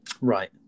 Right